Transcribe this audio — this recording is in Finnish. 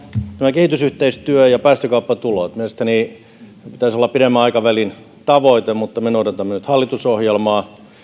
kehitysyhteistyö ja päästökauppatulot mielestäni pitäisi olla pidemmän aikavälin tavoite mutta me noudatamme nyt hallitusohjelmaa